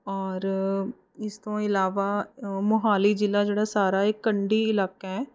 ਔਰ ਇਸ ਤੋਂ ਇਲਾਵਾ ਮੋਹਾਲੀ ਜ਼ਿਲ੍ਹਾ ਜਿਹੜਾ ਸਾਰਾ ਇਹ ਕੰਡੀ ਇਲਾਕਾ ਹੈ